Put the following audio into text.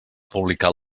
publicar